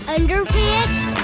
Underpants